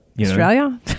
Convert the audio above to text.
Australia